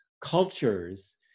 cultures